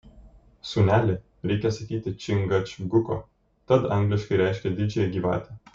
sūneli reikia sakyti čingačguko tat angliškai reiškia didžiąją gyvatę